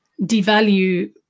devalue